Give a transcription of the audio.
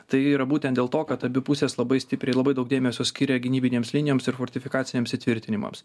tai yra būtent dėl to kad abi pusės labai stipriai labai daug dėmesio skiria gynybinėms linijoms ir fortifikaciniams įtvirtinimams